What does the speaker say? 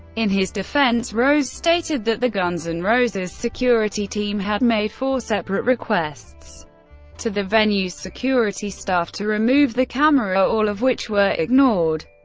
in his defense, rose stated that the guns n' and roses security team had made four separate requests to the venue's security staff to remove the camera, all of which were ignored,